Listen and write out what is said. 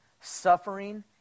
Suffering